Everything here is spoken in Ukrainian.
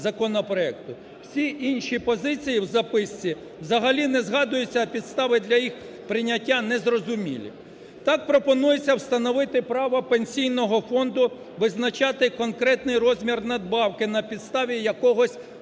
Всі інші позиції в записці взагалі не згадуються, а підстави для їх прийняття – не зрозумілі. Так пропонується встановити право Пенсійного фонду визначати конкретний розмір надбавки, на підставі якогось підзаконного